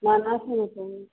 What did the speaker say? ನಾನು